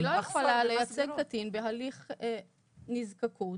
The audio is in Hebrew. אני לא יכולה לייצג קטין בהליך נזקקות